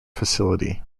facility